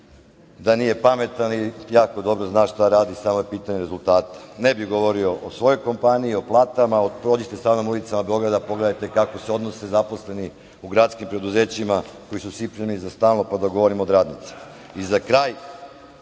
da nije pametan i jako dobro zna šta radi, ali samo je pitanje rezultata. Ne bih govorio o svojoj kompaniji, o platama. Prođite ulicama Beograda i pogledajte kako se odnose zaposleni u gradskim preduzećima koji su svi primljeni za stalno, pa da govorimo o radnicima.Za